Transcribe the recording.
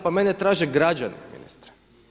Pa mene traže građani ministre!